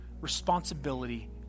responsibility